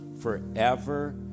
forever